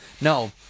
no